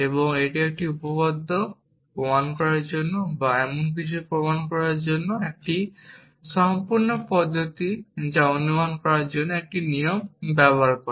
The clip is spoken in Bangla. এবং এটি একটি উপপাদ্য প্রমাণ করার জন্য বা এমন কিছু প্রমাণ করার জন্য একটি সম্পূর্ণ পদ্ধতি যা অনুমান করার শুধুমাত্র একটি নিয়ম ব্যবহার করে